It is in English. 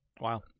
Wow